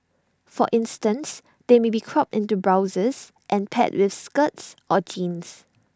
for instance they might be cropped into blouses and paired with skirts or jeans